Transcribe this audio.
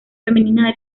femenina